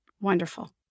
Wonderful